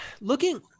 looking